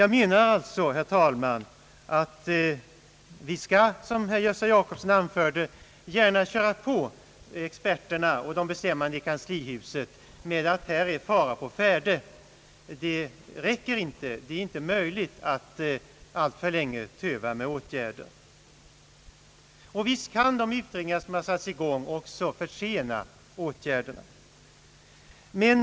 Jag menar alltså, herr talman, att vi skall som herr Gösta Jacobsson anförde gärna köra på experterna och de bestämmande i kanslihuset med att här är fara å färde. Det är inte möjligt att alltför länge töva med åtgärder. Visst kan de utredningar som satts i gång också försena åtgärderna!